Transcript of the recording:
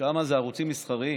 שם זה ערוצים מסחריים.